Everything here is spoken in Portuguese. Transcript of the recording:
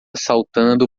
saltando